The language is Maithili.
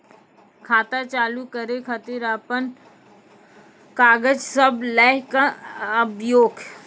खाता चालू करै खातिर आपन कागज सब लै कऽ आबयोक?